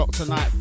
tonight